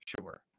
sure